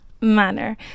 manner